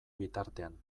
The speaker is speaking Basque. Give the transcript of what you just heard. bitartean